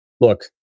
Look